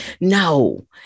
No